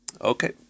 Okay